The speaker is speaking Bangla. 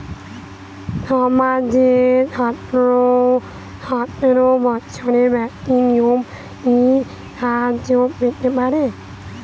সমাজের সতেরো বৎসরের ব্যাক্তির নিম্নে কি সাহায্য পেতে পারে?